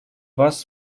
вас